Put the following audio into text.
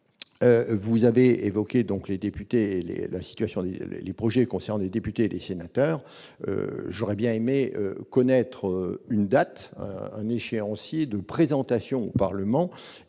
la situation du projet concerne les députés et les sénateurs, j'aurais bien aimé connaître une date un échéancier de présentation au Parlement